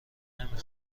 نمی